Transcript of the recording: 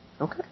Okay